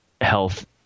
health